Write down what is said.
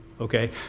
Okay